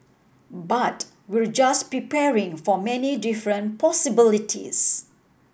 but we're just preparing for many different possibilities